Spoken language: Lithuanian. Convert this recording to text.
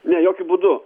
ne jokiu būdu